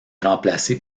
remplacé